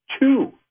two